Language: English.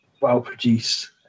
well-produced